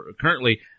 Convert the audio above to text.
currently